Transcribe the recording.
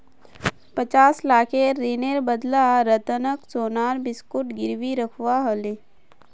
पचास लाखेर ऋनेर बदला रतनक सोनार बिस्कुट गिरवी रखवा ह ले